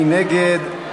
מי נגד?